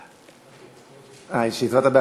113)